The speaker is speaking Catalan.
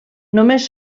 només